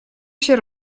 się